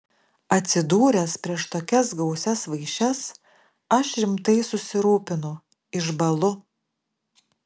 atsidūręs prieš tokias gausias vaišes aš rimtai susirūpinu išbąlu